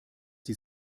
die